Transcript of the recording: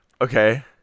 Okay